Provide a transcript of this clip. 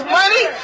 money